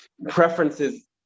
Preferences